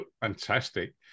fantastic